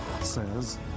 says